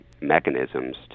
mechanisms